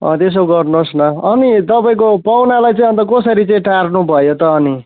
त्यसो गर्नु होस् न अनि तपाईँको पाहुनालाई चाहिँ अन्त कसरी चाहिँ टार्नु भयो त अनि